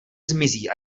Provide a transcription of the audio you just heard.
zmizí